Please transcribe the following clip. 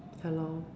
ya lor